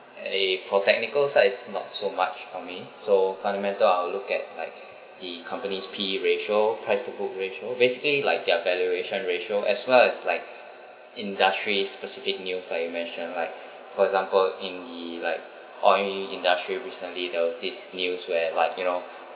a for technical side is not so much for me so fundamental I will look at like the company's PE ratio price to book ratio basically like their valuation ratio as well as like industry specific new for you mention like for example in the like oil industry recently there was this news where like you know